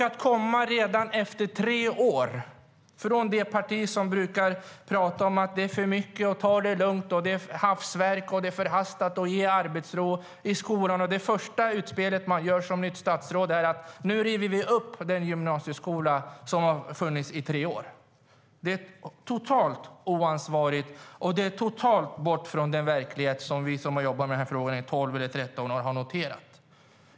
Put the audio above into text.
Statsrådet tillhör ett parti som brukat prata om att det sker för mycket, att man ska ta det lugnt, att det som görs är hafsverk och förhastat och att man ska ge arbetsro i skolan. Men det första utspel det nya statsrådet gör handlar om att den gymnasieskola som bara har funnits i tre år ska rivas upp. Det är totalt oansvarigt, och det är långt borta från den verklighet som vi som jobbat med frågan i 12 eller 13 år har noterat.